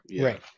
right